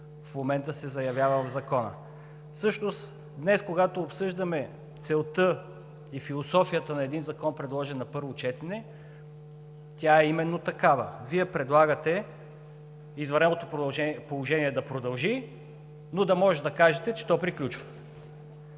в момента се заявява в Закона. Всъщност днес, когато обсъждаме целта и философията на един закон, предложен на първо четене, тя е именно такава. Вие предлагате извънредното положение да продължи, но да може да кажете, че то приключва.